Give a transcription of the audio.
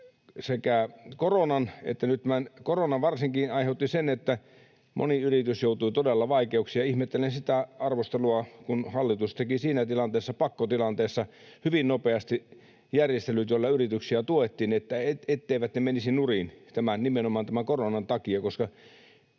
on johtanut. Ja korona varsinkin aiheutti sen, että moni yritys joutui todella vaikeuksiin, ja ihmettelen sitä arvostelua, kun hallitus teki siinä tilanteessa, pakkotilanteessa, hyvin nopeasti järjestelyt, joilla yrityksiä tuettiin, etteivät ne menisi nurin nimenomaan tämän koronan takia,